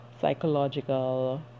psychological